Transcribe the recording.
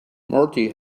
marty